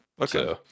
Okay